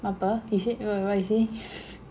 apa you say wha~ what you say